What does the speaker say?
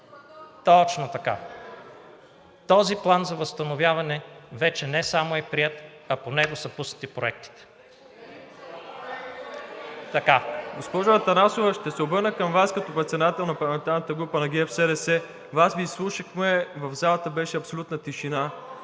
Точно така. Този план за възстановяване вече не само е приет, а по него са пуснати проектите.